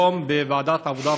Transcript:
היום בוועדת העבודה,